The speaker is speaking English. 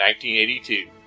1982